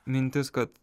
mintis kad